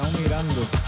mirando